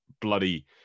bloody